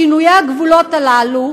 שינויי הגבולות הללו,